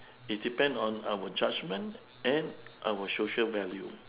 it's depend on our judgement and our social value